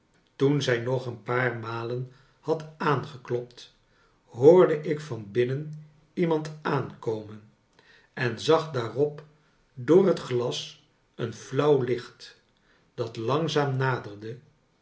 toen zij nog een paar malen had aangeklopt hoorde ik van binnen iemand aankomen en zag daarop door het glas een flauw licht dat langzaam naderde